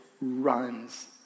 runs